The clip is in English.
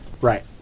Right